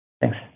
Thanks